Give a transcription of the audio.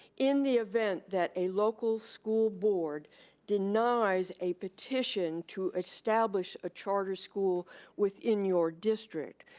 in the event that a local school board denies a petition to establish a charter school within your district,